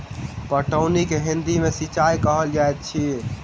पटौनी के हिंदी मे सिंचाई कहल जाइत अछि